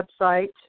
website